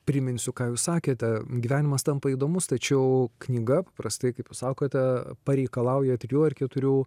priminsiu ką jūs sakėte gyvenimas tampa įdomus tačiau knyga paprastai kai pasakote pareikalauja trijų ar keturių